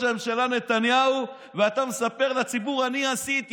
הממשלה נתניהו ואתה מספר לציבור: אני עשיתי.